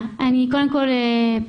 אני פונה אלייך,